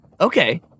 Okay